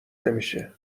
نمیشه